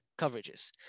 coverages